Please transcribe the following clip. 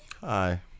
Hi